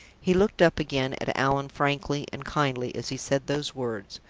he looked up again at allan frankly and kindly as he said those words.